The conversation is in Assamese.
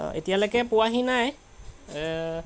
এতিয়ালৈকে পোৱাহি নাই